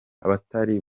abatari